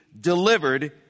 delivered